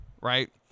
Right